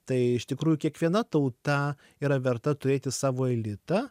tai iš tikrųjų kiekviena tauta yra verta turėti savo elitą